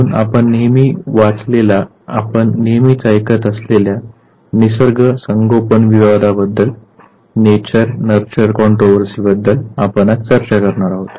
म्हणून आपण नेहमी वाचलेला आपण नेहमीच ऐकत असलेलल्या निसर्ग संगोपन विवादाबद्दल आपण आज चर्चा करणार आहोत